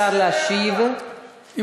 ולתת לסגן השר להשיב, אחרת, קשה לי להירגע.